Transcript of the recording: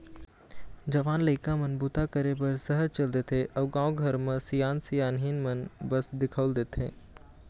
जवान लइका मन बूता करे बर सहर चल देथे अउ गाँव घर म सियान सियनहिन मन बस दिखउल देथे